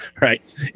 right